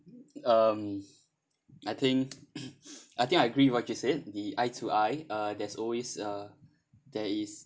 um I think I think I agree what you said the eye to eye uh there's always uh there is